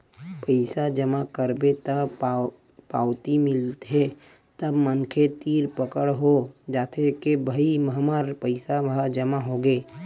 पइसा जमा करबे त पावती मिलथे तब मनखे तीर पकड़ हो जाथे के भई हमर पइसा ह जमा होगे